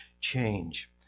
change